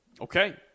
Okay